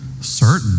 certain